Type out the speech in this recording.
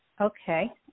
Okay